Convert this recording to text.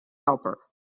helper